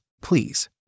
Please